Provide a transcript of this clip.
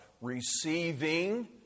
receiving